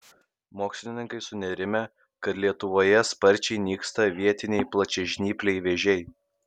mokslininkai sunerimę kad lietuvoje sparčiai nyksta vietiniai plačiažnypliai vėžiai